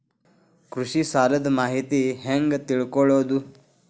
ಕೃಷಿ ಸಾಲದ ಮಾಹಿತಿ ಹೆಂಗ್ ತಿಳ್ಕೊಳ್ಳೋದು?